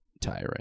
tiring